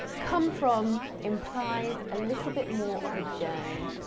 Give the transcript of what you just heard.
come from implies a little bit more of a journey.